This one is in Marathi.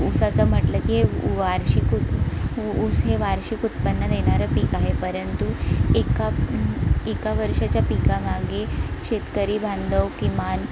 ऊसाचं म्हटलं की उ वार्षिक उत ऊस हे वार्षिक उत्पन्न देणारं पीक आहे परंतु एका एका वर्षाच्या पिकामागे शेतकरी बांधव किमान